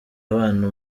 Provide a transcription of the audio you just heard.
abana